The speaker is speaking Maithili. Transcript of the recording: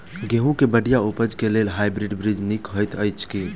गेंहूँ केँ बढ़िया उपज केँ लेल हाइब्रिड बीज नीक हएत अछि की?